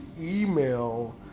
email